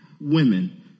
women